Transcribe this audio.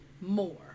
more